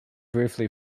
briefly